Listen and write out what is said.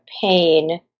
pain